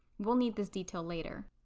we'll need this detail later.